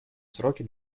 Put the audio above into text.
сроки